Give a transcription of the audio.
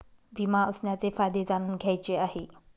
विमा असण्याचे फायदे जाणून घ्यायचे आहे